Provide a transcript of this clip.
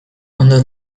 ondo